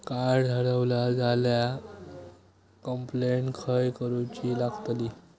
Card हरवला झाल्या complaint खय करूची लागतली?